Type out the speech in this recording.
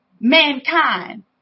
mankind